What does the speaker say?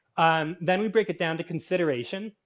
um then we break it down to consideration.